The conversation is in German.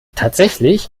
tatsächlich